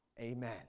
amen